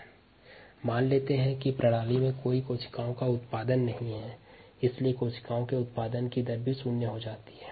ro0 यह मान है लेंते कि तंत्र में कोई कोशिका का उत्पादन नहीं हो रहा है है इसलिए कोशिका का रेट ऑफ़ जनरेशन 0 है